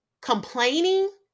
complaining